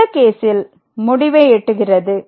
இந்த கேசில் முடிவை எட்டுகிறது